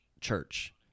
church